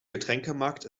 getränkemarkt